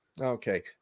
Okay